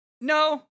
No